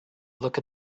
look